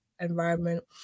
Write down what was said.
environment